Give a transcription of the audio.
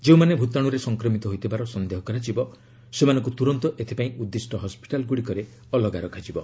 ଯେଉଁମାନେ ଭୂତାଣୁରେ ସଂକ୍ରମିତ ହୋଇଥିବାର ସନ୍ଦେହ କରାଯିବ ସେମାନଙ୍କୁ ତୁରନ୍ତ ଏଥିପାଇଁ ଉଦ୍ଦିଷ୍ଟ ହସ୍କିଟାଲ୍ଗୁଡ଼ିକରେ ଅଲଗା ରଖାଯିବ